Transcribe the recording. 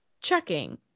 checking